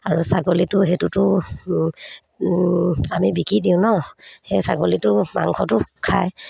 আৰু ছাগলীটো সেইটোতো আমি বিকি দিওঁ ন সেই ছাগলীটো মাংসটো খায়